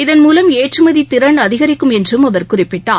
இதன்மூலம் ஏற்றுமதி திறன் அதிகரிக்கும் என்று அவர் குறிப்பிட்டார்